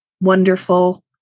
wonderful